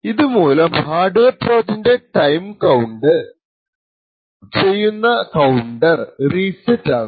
ഇതുമൂലം ഹാർഡ്വെയർ ട്രോജൻറെ time count ചെയ്യുന്ന കൌണ്ടർ റീസെറ്റ് ആകും